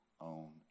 own